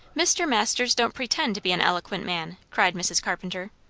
mr. masters don't pretend to be an eloquent man! cried mrs. carpenter.